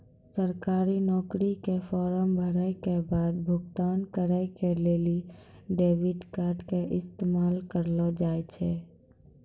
सरकारी नौकरी के फार्म भरै के बाद भुगतान करै के लेली डेबिट कार्डो के इस्तेमाल करलो जाय सकै छै